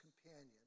companion